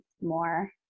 more